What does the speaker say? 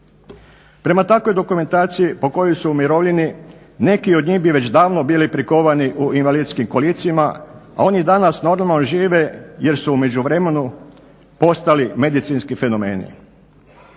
Prema takvoj dokumentaciji po kojoj su umirovljeni neki od njih bi već davno bili prikovani u invalidskim kolicima, a oni danas normalno žive jer su u međuvremenu postali medicinski fenomeni.